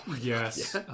Yes